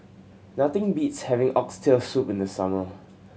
nothing beats having Oxtail Soup in the summer